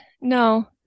no